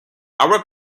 our